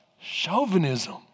Chauvinism